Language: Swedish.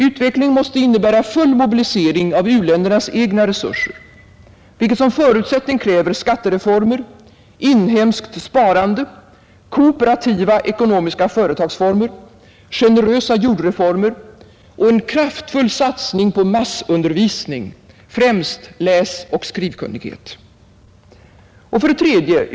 Utveckling måste innebära full mobilisering av u-ländernas egna resurser, vilket som förutsättning kräver skattereformer, inhemskt sparande, kooperativa ekonomiska företagsformer, generösa jordreformer och en kraftfull satsning på massundervisning, främst läsoch skrivkunnighet. 3.